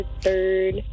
third